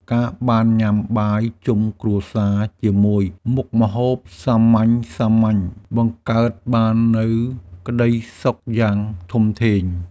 ការបានញ៉ាំបាយជុំគ្រួសារជាមួយមុខម្ហូបសាមញ្ញៗ បង្កើតបាននូវក្តីសុខយ៉ាងធំធេង។